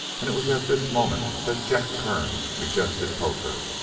and it was at this moment that jack kearns suggested poker.